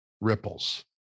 ripples